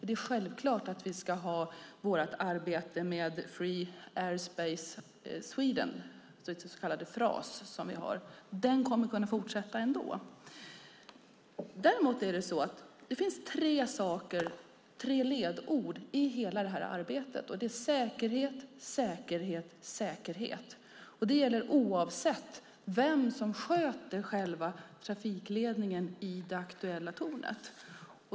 Det är självklart att vi ska ha vårt arbete med Free Air Space Sweden, så kallade FRAS. Det kommer att kunna fortsätta ändå. Det finns tre ledord i hela det här arbetet, och det är säkerhet, säkerhet, säkerhet. Det gäller oavsett vem som sköter själva trafikledningen i det aktuella tornet.